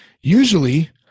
Usually